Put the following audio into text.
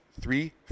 three